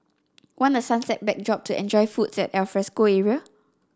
want a sunset backdrop to enjoy foods at alfresco area